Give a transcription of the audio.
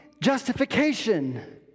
justification